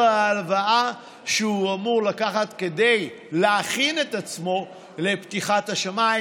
ההלוואה שהוא אמור לקחת כדי להכין את עצמו לפתיחת השמיים.